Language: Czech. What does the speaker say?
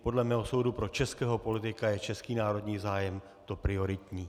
Podle mého soudu pro českého politika je český národní zájem to prioritní.